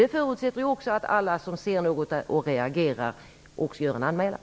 Det förutsätter att alla som ser något och reagerar också gör en anmälan.